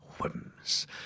whims